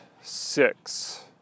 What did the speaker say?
six